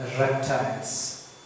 reptiles